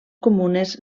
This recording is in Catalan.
comunes